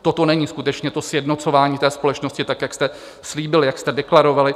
Toto není skutečně sjednocování společnosti tak, jak jste slíbili, jak jste deklarovali.